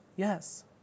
Yes